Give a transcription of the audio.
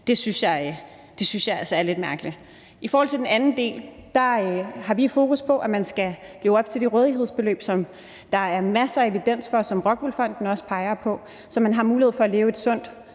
synes jeg altså er lidt mærkeligt. I forhold til den anden del har vi fokus på, at der bliver levet op til, at der er det rådighedsbeløb, som der er masser af evidens for, og som ROCKWOOL Fonden også peger på, så man har mulighed for at leve et sundt